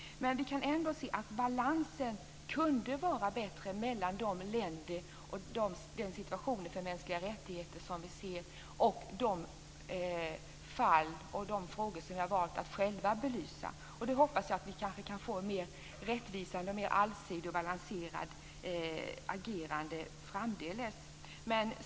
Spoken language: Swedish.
Vi kan ändå se att balansen kunde vara bättre mellan de länder och den situation för mänskliga rättigheter som vi ser och de fall och frågor som vi har valt att själva belysa. Nu hoppas jag att vi kanske kan få ett mer rättvist, allsidigt och balanserat agerande framdeles.